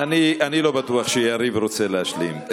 אני לא בטוח שיריב רוצה להשלים.